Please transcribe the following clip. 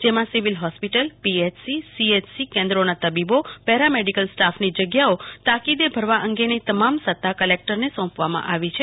જેમાં civil hospital PHC CHC કેન્દ્રોના તબીબો પેરા મેડીકલ સ્ટાફની જગ્યાઓ તાકીદે ભરવા અંગેની તમામ સત્તા કલેકટરને સોંપવામાં આવી છે